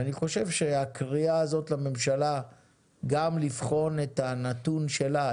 ואני חושב שהקריאה הזאת לממשלה גם לבחון את הנתון שלה,